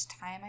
time